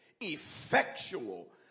Effectual